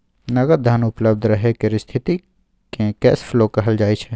नगद धन उपलब्ध रहय केर स्थिति केँ कैश फ्लो कहल जाइ छै